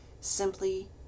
simply